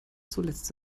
zuletzt